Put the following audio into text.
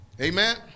Amen